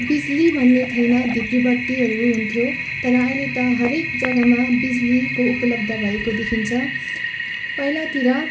बिजुली भन्ने थिएन ढिब्री बत्तीहरू हुन्थ्यो तर अहिले त हरएक जगामा बिजुलीको उपलब्ध भएको देखिन्छ पहिलातिर